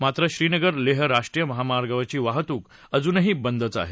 मात्र श्रीनगर लेह राष्ट्रीय महामार्गावरची वाहतुक अजूनही बंदच आहे